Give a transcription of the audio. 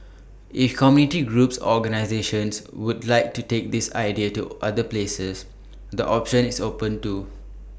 if community groups or organisations would like to take this idea to other places the option is open too